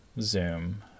Zoom